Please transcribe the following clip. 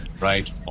Right